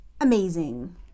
amazing